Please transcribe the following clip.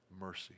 mercy